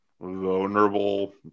vulnerable